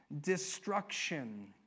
destruction